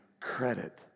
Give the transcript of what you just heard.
credit